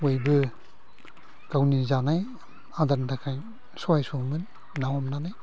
बयबो गावनि जानाय आदारनि थाखाय सहाय सुङो ना हमनानै